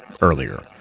earlier